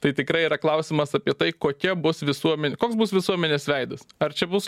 tai tikrai yra klausimas apie tai kokia bus visuomen koks bus visuomenės veidas ar čia bus